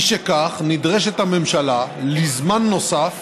משכך, נדרשת הממשלה לזמן נוסף